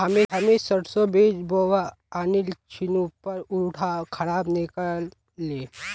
हामी सरसोर बीज बोवा आनिल छिनु पर उटा खराब निकल ले